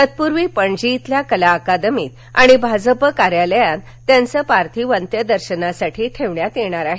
तत्पूर्वी पणजी इथल्या कला अकादमीत आणि भाजप कार्यालयात त्याचं पार्थिव अंत्यदर्शनासाठी ठेवण्यात येणार आहे